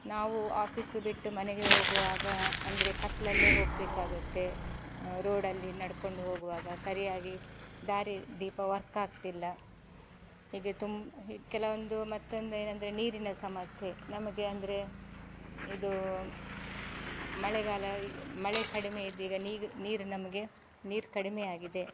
ನಾವು ಆಫೀಸ್ ಬಿಟ್ಟು ಮನೆಗೆ ಹೋಗುವಾಗ ಅಂದರೆ ಕತ್ತಲಲ್ಲೇ ಹೋಗಬೇಕಾಗತ್ತೆ ರೋಡಲ್ಲಿ ನಡ್ಕೊಂಡು ಹೋಗುವಾಗ ಸರಿಯಾಗಿ ದಾರಿದೀಪ ವರ್ಕಾಗ್ತಿಲ್ಲ ಹೀಗೆ ತುಂಬ ಹೀಗೆ ಕೆಲವೊಂದು ಮತ್ತೊಂದು ಏನಂದರೆ ನೀರಿನ ಸಮಸ್ಯೆ ನಮಗೆ ಅಂದರೆ ಇದು ಮಳೆಗಾಲ ಮಳೆ ಕಡಿಮೆ ಇದು ಈಗ ನೀಗ್ ನೀರು ನಮಗೆ ನೀರು ಕಡಿಮೆಯಾಗಿದೆ